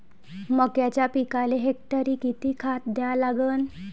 मक्याच्या पिकाले हेक्टरी किती खात द्या लागन?